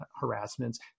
harassments